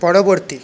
পরবর্তী